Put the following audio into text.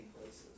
places